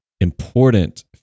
important